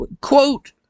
quote